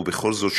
ובכל זאת,